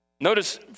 Notice